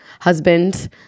husband